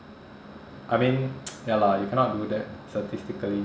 I mean ya lah so you cannot do that statistically